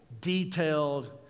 detailed